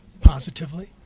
positively